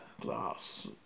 glass